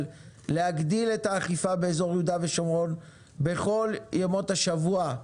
להגדיל את האכיפה באזור יהודה ושומרון בכל ימות השבוע,